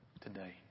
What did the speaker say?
today